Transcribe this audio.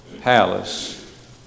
palace